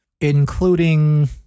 including